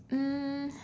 um